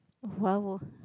!wow!